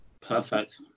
Perfect